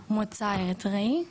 מוצא אריתראי,